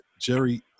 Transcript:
Jerry